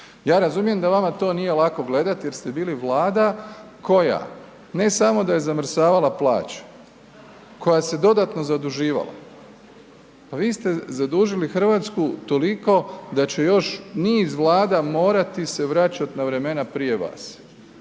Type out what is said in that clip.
Ja razumijem da vama to nije lako gledati jer ste bili vlada koja ne samo da je zamrzavala plaću, koja se dodatno zaduživala, pa vi ste zadužili Hrvatsku toliko da će još niz vlada morati se vraćati na vremena prije vas.